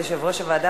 ליושב-ראש הוועדה,